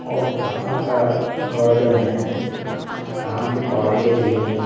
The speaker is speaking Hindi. और कहाँ का गार्डन है कहाँ की पहाड़ी या झील हैं